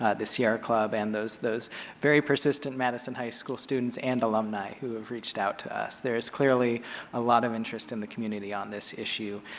ah the sierra club and those those very persistent madison high school students and alumni who have reached out to us. there is clearly a lot of interest in the community on this issue.